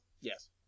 Yes